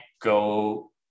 go